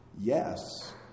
Yes